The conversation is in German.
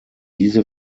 diese